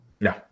No